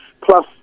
plus